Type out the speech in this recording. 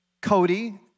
Cody